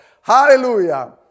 Hallelujah